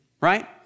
right